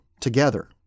together